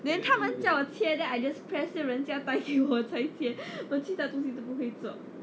then 他们叫我切 then I just press then 人家带给我我才切我其他东西都不会做